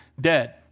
Dead